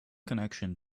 connection